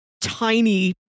tiny